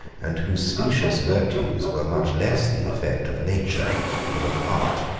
and whose specious virtues were much less the effect of nature than of art.